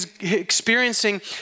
experiencing